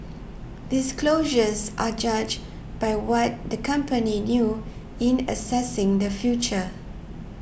disclosures are judged by what the company knew in assessing the future